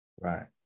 Right